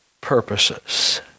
purposes